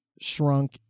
shrunk